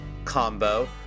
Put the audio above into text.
Combo